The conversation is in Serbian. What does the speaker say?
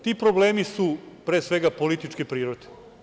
Ti problemi su pre svega političke prirode.